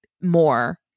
more